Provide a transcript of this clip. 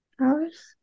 hours